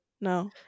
no